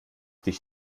dich